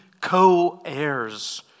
co-heirs